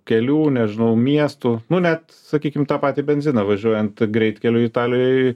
kelių nežinau miestų nu net sakykim tą patį benziną važiuojant greitkeliu italijoj